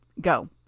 Go